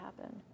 happen